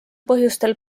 põhjustel